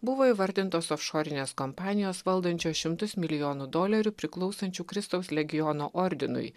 buvo įvardintos ofšorinės kompanijos valdančios šimtus milijonų dolerių priklausančių kristaus legiono ordinui